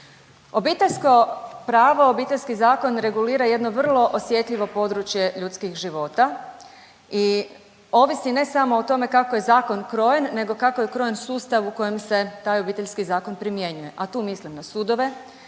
Obiteljsko pravo, obiteljski zakon regulira jedno vrlo osjetljivo područje ljudskih života i ovisi, ne samo o tome kako je zakon krojen, nego kako je krojen sustav u kojem se taj Obiteljski zakon primjenjuje, a tu mislim na sudove,